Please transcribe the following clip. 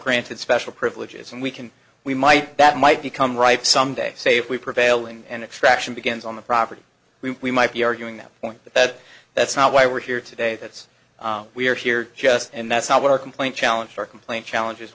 granted special privileges and we can we might that might become ripe someday say if we prevail and extraction begins on the property we might be arguing that point that that's not why we're here today that's why we're here just and that's not what our complaint challenges our complaint challenge